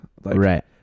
Right